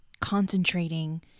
concentrating